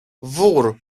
wór